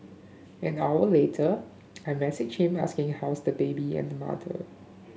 an hour later I messaged him asking how's the baby and mother